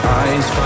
eyes